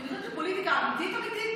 כי אני חושבת שפוליטיקה אמיתית אמיתית,